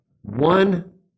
one